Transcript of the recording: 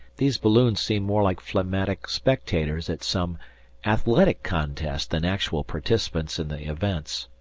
these balloons seemed more like phlegmatic spectators at some athletic contest than actual participants in the events.